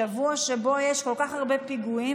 שבוע שבו יש כל כך הרבה פיגועים,